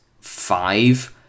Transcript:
five